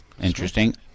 Interesting